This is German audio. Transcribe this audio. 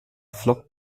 flockt